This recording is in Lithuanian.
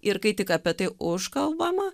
ir kai tik apie tai užkalbama